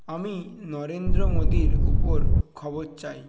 আমি নরেন্দ্র মোদীর উপর খবর চাই